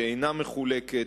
שאינה מחולקת,